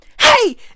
Hey